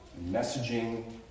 messaging